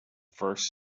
first